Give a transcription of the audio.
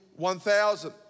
1000